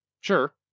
sure